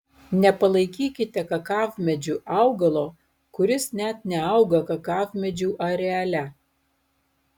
nepalaikykite kakavmedžiu augalo kuris net neauga kakavmedžių areale